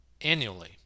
annually